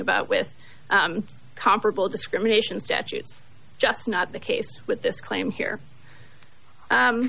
about with comparable discrimination statutes just not the case with this claim here